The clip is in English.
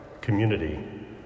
community